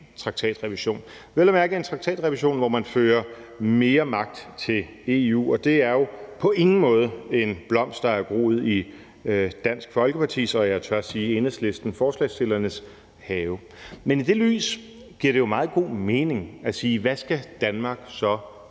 traktatrevision, vel at mærke en traktatrevision, hvor man fører mere magt til EU, og det er jo på ingen måde en blomst, der er groet i Dansk Folkepartis, og jeg tør sige Enhedslistens, forslagsstillernes, have. Men i det lys giver det jo meget god mening at spørge, hvad Danmark så skal